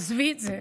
עזבי את זה.